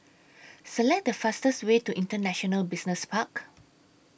Select The fastest Way to International Business Park